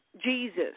Jesus